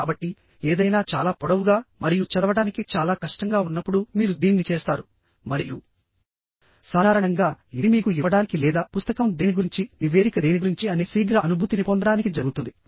కాబట్టి ఏదైనా చాలా పొడవుగా మరియు చదవడానికి చాలా కష్టంగా ఉన్నప్పుడు మీరు దీన్ని చేస్తారు మరియు సాధారణంగా ఇది మీకు ఇవ్వడానికి లేదా పుస్తకం దేని గురించి నివేదిక దేని గురించి అనే శీఘ్ర అనుభూతిని పొందడానికి జరుగుతుంది